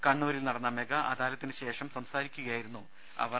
കണ്ണൂരിൽ നടന്ന മെഗാ അദാലത്തിന് ശേഷം സംസാരിക്കുകയായിരുന്നു അവർ